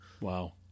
Wow